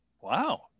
wow